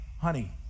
honey